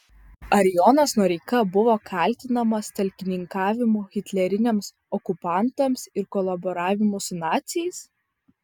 ar jonas noreika buvo kaltinamas talkininkavimu hitleriniams okupantams ir kolaboravimu su naciais